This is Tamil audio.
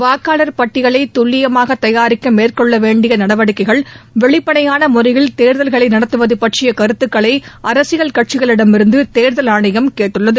வாக்காளர் பட்டியலை துல்லியமாக தயாரிக்க மேற்கொள்ள வேன்டிய நடவடிக்கைகள் வெளிப்படயாள முறையில் தோ்தல்களை நடத்துவது பற்றிய கருத்துக்களை அரசியல் கட்சிகளிடமிருந்து தேர்தல் ஆனையம் கேட்டுள்ளது